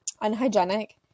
unhygienic